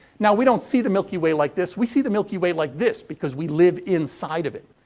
now, we don't see the milky way like this, we see the milky way like this because we live inside of it.